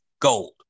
gold